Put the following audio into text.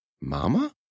Mama